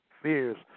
Fears